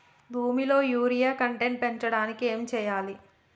భూమిలో urea content పెంచడానికి ఏం చేయాలి?